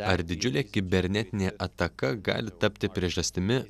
ar didžiulė kibernetinė ataka gali tapti priežastimi